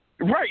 Right